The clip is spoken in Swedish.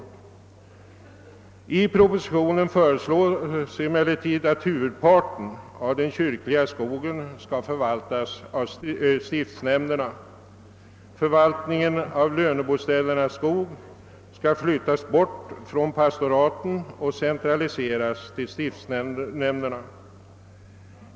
I propositionen föreslås att huvudparten av den kyrkliga skogen skall förvaltas av stiftsnämnderna — förvaltningen av löneboställenas skog skall flyttas från pastoraten och centraliseras till stiftshämnderna.